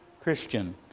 Christian